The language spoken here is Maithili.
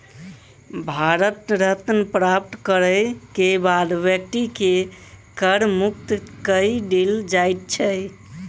भारत रत्न प्राप्त करय के बाद व्यक्ति के कर मुक्त कय देल जाइ छै